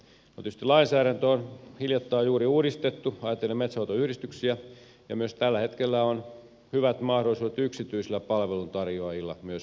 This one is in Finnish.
no tietysti lainsäädäntö on juuri hiljattain uudistettu ajatellen metsänhoitoyhdistyksiä ja myös tällä hetkellä on hyvät mahdollisuudet yksityisillä palveluntarjoajilla myös metsäalalla